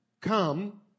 come